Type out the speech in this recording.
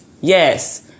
yes